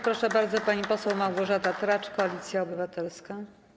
Proszę bardzo, pani poseł Małgorzata Tracz, Koalicja Obywatelska.